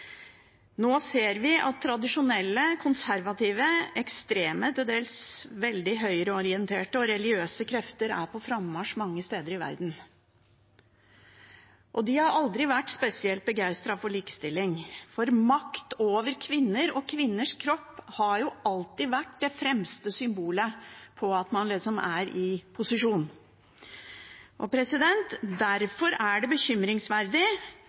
Nå ser vi at tradisjonelle, konservative, ekstreme, til dels veldig høyreorienterte og religiøse krefter er på frammarsj mange steder i verden. De har aldri vært spesielt begeistret for likestilling, for makt over kvinner og kvinners kropp har jo alltid vært det fremste symbolet på at man er i posisjon. Derfor er det bekymringsverdig